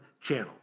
channel